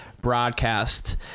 broadcast